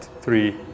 three